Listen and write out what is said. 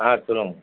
ஆ சொல்லுங்கள்